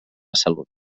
salut